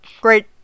great